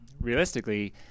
realistically